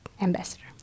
ambassador